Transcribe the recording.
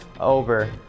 over